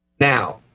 Now